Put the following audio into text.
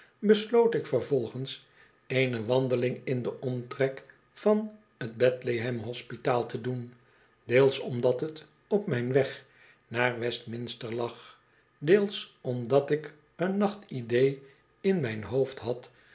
ik vervolgens eene wandeling in den omtrek van t bethlehem hospitaal te doen deels omdat t op mijn weg naar westminster lag deels omdat'ik een nachtidee in mijn hoofd had